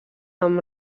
amb